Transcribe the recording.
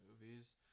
movies